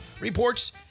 reports